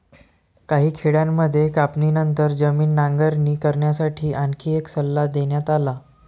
काही खेड्यांमध्ये कापणीनंतर जमीन नांगरणी करण्यासाठी आणखी एक सल्ला देण्यात आला